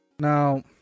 Now